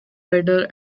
writer